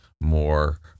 more